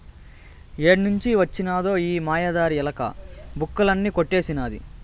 ఏడ్నుంచి వొచ్చినదో ఈ మాయదారి ఎలక, బుక్కులన్నీ కొట్టేసినాది